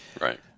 Right